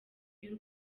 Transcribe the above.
y’u